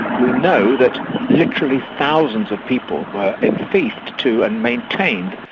we know that literally thousands of people were enfiefed to, and maintained,